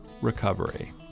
Recovery